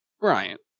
Bryant